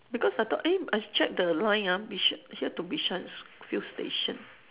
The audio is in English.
because I thought eh I checked the line ah bish~ here to bishan few station